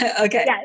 okay